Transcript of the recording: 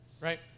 right